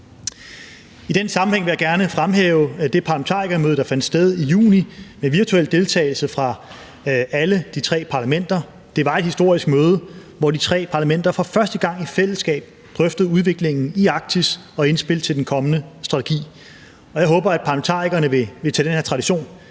I den sammenhæng vil jeg gerne fremhæve det parlamentarikermøde, der fandt sted i juni med virtuel deltagelse fra alle de tre parlamenter. Det var et historisk møde, hvor de tre parlamenter for første gang i fællesskab drøftede udviklingen i Arktis og indspil til den kommende strategi. Jeg håber, at parlamentarikerne vil tage den her tradition